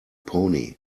pony